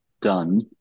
done